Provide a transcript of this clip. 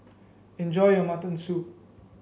enjoy your Mutton Soup